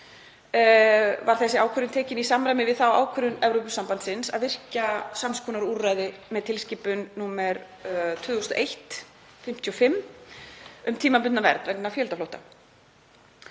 Var þessi ákvörðun tekin í samræmi við þá ákvörðun Evrópusambandsins að virkja sams konar úrræði með tilskipun nr. 2001/55, um tímabundna vernd vegna fjöldaflótta.